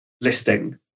listing